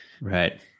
Right